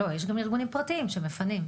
לא, יש גם ארגונים פרטיים שמפנים.